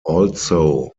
also